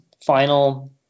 final